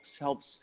helps